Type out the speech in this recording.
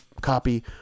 copy